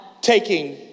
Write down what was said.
taking